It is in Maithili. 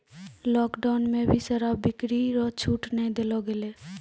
लोकडौन मे भी शराब बिक्री रो छूट नै देलो गेलै